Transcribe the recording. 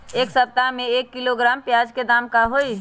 एक सप्ताह में एक किलोग्राम प्याज के दाम का होई?